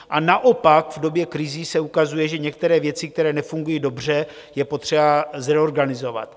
A naopak, v době krizí se ukazuje, že některé věci, které nefungují dobře, je potřeba zreorganizovat.